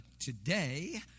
today